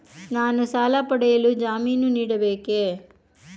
ನಾನು ಸಾಲ ಪಡೆಯಲು ಜಾಮೀನು ನೀಡಬೇಕೇ?